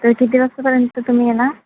तर किती वाजतापर्यंत तुम्ही येणार